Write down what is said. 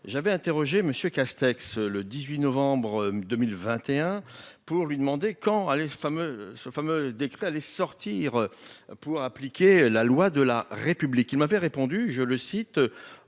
j'avais interrogé monsieur Castex le 18 novembre 2021 pour lui demander quand allez-ce fameux ce fameux décret allait sortir. Pour appliquer la loi de la République, il m'avait répondu, je le cite,